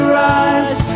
rise